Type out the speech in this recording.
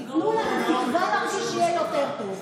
תנו לנו תקווה שיהיה יותר טוב.